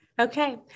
Okay